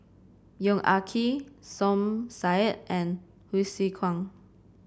Yong Ah Kee Som Said and Hsu Tse Kwang